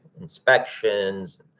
inspections